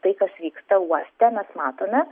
tai kas vyksta uoste mes matome